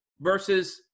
versus